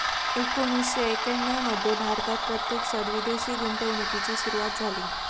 एकोणीसशे एक्याण्णव मध्ये भारतात प्रत्यक्षात विदेशी गुंतवणूकीची सुरूवात झाली